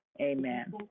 Amen